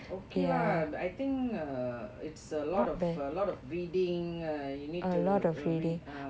okay lah but I think err it's a lot of a lot of reading err you need to read